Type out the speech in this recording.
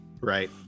Right